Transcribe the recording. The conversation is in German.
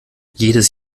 jedes